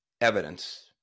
evidence